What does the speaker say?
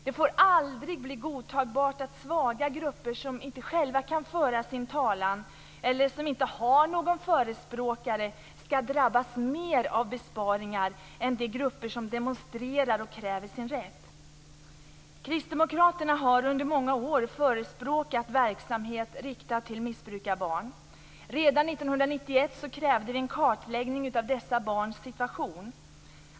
Det får aldrig bli godtagbart att svaga grupper som inte själva kan föra sin talan eller som inte har någon förespråkare skall drabbas mer av besparingar än de grupper som demonstrerar och kräver sin rätt. Kristdemokraterna har under många år förespråkat verksamhet riktad till missbrukarbarn. Redan 1991 krävde vi en kartläggning av dessa barns situation.